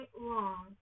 long